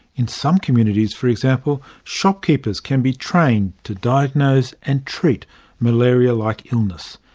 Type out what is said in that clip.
in some communities, for example, shopkeepers can be trained to diagnose and treat malaria-like illness.